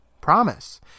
Promise